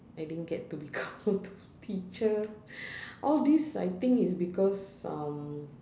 I didn't get to become teacher all these I think is because um